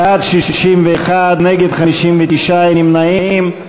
בעד, 61, נגד, 59, אין נמנעים.